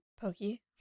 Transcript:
Pokey